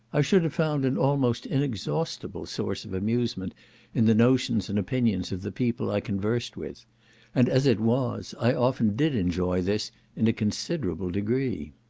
i should have found an almost inexhaustible source of amusement in the notions and opinions of the people i conversed with and as it was, i often did enjoy this in a considerable degree.